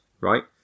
right